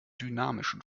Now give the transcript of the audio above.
dynamischen